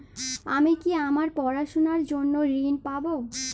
আমি কি আমার পড়াশোনার জন্য ঋণ পাব?